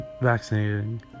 vaccinating